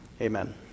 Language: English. amen